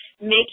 make